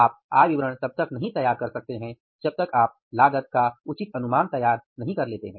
आप आय विवरण तब तक तैयार नहीं कर सकते हैं जब तक आप लागत का उचित अनुमान तैयार नहीं कर लेते हैं